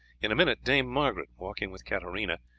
in a minute dame margaret, walking with katarina,